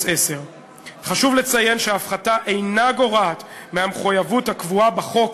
10. חשוב לציין שההפחתה אינה גורעת מהמחויבות הקבועה בחוק,